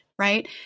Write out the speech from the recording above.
Right